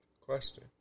Question